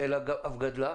אלא אפילו גדלה,